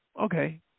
Okay